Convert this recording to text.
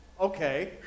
Okay